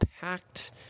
packed